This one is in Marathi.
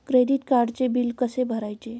क्रेडिट कार्डचे बिल कसे भरायचे?